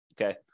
Okay